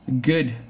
good